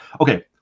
Okay